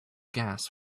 gas